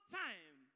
time